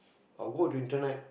I'll go to internet